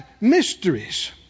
mysteries